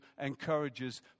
encourages